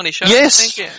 Yes